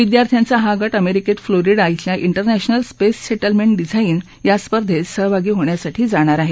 विद्यार्थ्यांचा हा गट अमेरिकेत फ्लोरिडा इथल्या इंटरनॅशनल स्पेस सेटलमेंट डिझाईन या स्पर्धेंत सहभागी होण्यासाठी जाणार आहे